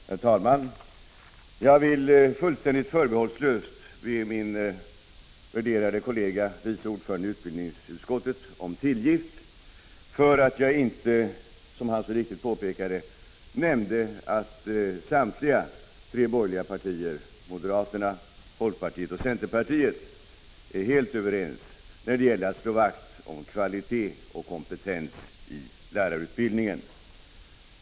Herr talman! Jag vill fullständigt förbehållslöst be min värderade kollega, vice ordföranden i utbildningsutskottet, om tillgift för att jag, som han så riktigt påpekade, inte nämnde att samtliga tre borgerliga partier — moderaterna, folkpartiet och centerpartiet — är helt överens när det gäller att slå vakt om kvalitet och kompetens i lärarutbildningen.